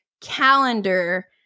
calendar